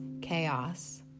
chaos